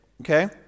okay